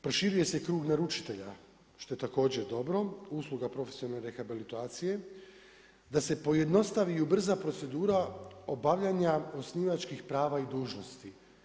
Proširuje se krug naručitelja što je također dobro, usluga profesionalne rehabilitacije, da se pojednostavi i ubrza procedura obavljanja osnivačkih prava i dužnosti.